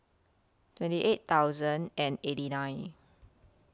twenty eight thousand and eighty nine